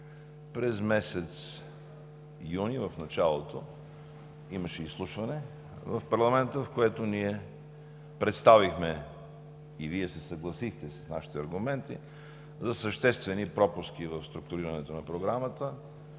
на месец юни имаше изслушване в парламента, в което ние представихме, и Вие се съгласихте с нашите аргументи за съществени пропуски в структурирането на програмата,